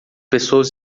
pessoas